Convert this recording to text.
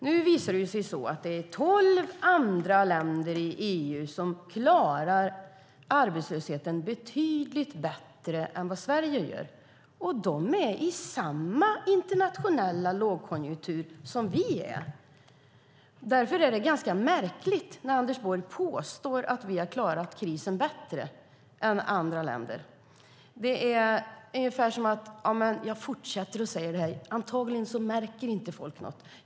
Nu visar det sig att det är tolv andra länder i EU som klarar arbetslösheten betydligt bättre än vad Sverige gör, och de är i samma internationella lågkonjunktur som vi är. Därför är det ganska märkligt att Anders Borg påstår att vi har klarat krisen bättre än andra länder. Det är ungefär som att man tänker: Jag fortsätter att säga det här. Antagligen märker inte folk något.